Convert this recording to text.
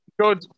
Good